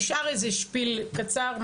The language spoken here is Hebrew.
נשאר איזה שפיל קצר?